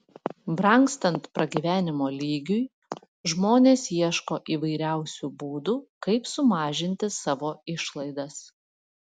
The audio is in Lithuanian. brangstant pragyvenimo lygiui žmonės ieško įvairiausių būdų kaip sumažinti savo išlaidas